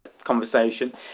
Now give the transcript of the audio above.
conversation